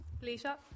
Lisa